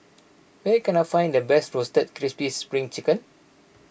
where can I find the best Roasted Crispy Spring Chicken